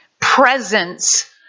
presence